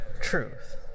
truth